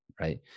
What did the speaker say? right